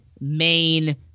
main